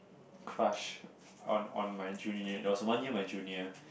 crush on on my junior it was one year my junior